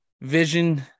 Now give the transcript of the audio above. Vision